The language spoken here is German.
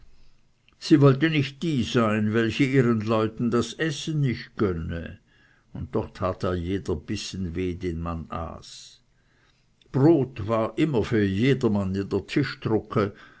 sie wollte nicht die sein welche ihren leuten das essen nicht gönne und doch tat ihr jeder bissen weh den man aß brot war immer für jedermann in der